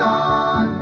on